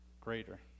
greater